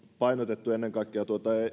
painotettu ennen kaikkea